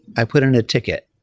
i put on a ticket.